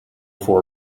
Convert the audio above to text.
for